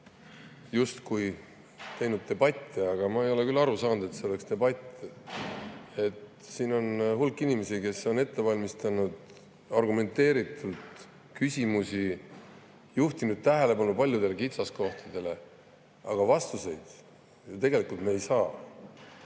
justkui pidanud debatti, aga ma ei ole küll aru saanud, et see oleks debatt. Siin on hulk inimesi, kes on ette valmistanud argumenteeritud küsimusi, juhtinud tähelepanu paljudele kitsaskohtadele, aga vastuseid me tegelikult ei saa.